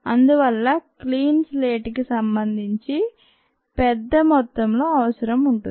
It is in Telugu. అందువల్ల క్లీన్ స్లేట్ కి సంబంధించి పెద్ద మొత్తంలో అవసరం ఉంది